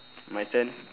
my turn